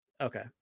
Okay